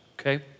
okay